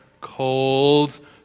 cold